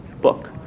book